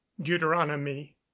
deuteronomy